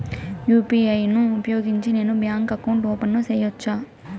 UPI ను ఉపయోగించి నేను బ్యాంకు అకౌంట్ ఓపెన్ సేయొచ్చా?